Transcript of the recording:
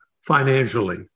financially